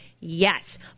yes